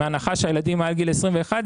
בהנחה שהילדים עד גיל 21,